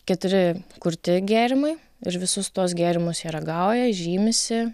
keturi kurti gėrimai ir visus tuos gėrimus jie ragauja žymisi